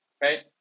right